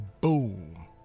Boom